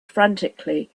frantically